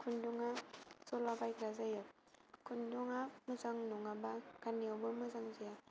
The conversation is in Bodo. खुन्दुंआ जलाबायग्रा जायो खुन्दुंआ मोजां नङाबा गान्नायावबो मोजां जाया